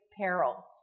peril